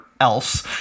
else